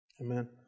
Amen